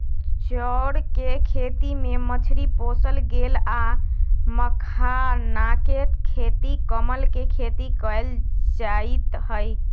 चौर कें खेती में मछरी पोशल गेल आ मखानाके खेती कमल के खेती कएल जाइत हइ